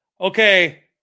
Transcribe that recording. Okay